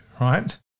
right